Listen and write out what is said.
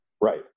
Right